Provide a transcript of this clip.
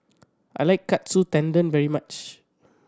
I like Katsu Tendon very much